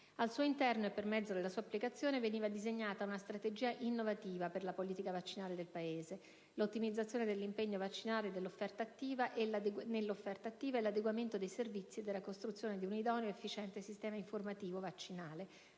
Al suo interno, e per mezzo della sua applicazione, veniva disegnata una strategia innovativa per la politica vaccinale del Paese: l'ottimizzazione dell'impegno vaccinale nell'offerta attiva e l'adeguamento dei servizi e della costruzione di un idoneo ed efficiente sistema informativo vaccinale,